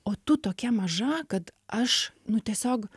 o tu tokia maža kad aš nu tiesiog